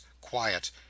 quiet